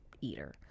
eater